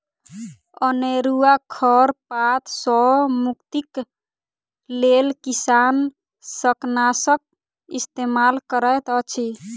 अनेरुआ खर पात सॅ मुक्तिक लेल किसान शाकनाशक इस्तेमाल करैत अछि